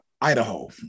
Idaho